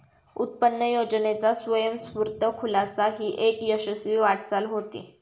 उत्पन्न योजनेचा स्वयंस्फूर्त खुलासा ही एक यशस्वी वाटचाल होती